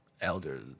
elder